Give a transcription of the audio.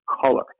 color